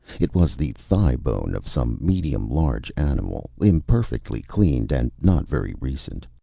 it was the thigh-bone of some medium-large animal, imperfectly cleaned and not very recent.